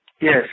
Yes